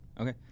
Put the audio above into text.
Okay